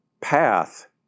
path